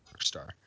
Star